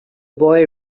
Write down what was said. boy